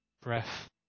breath